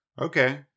Okay